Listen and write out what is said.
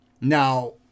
Now